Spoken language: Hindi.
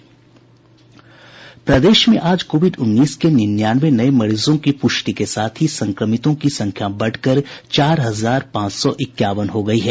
प्रदेश में आज कोविड उन्नीस के निन्यानवे नये मरीजों की पूष्टि के साथ ही संक्रमितों की संख्या बढ़कर चार हजार पांच सौ इक्यावन हो गयी है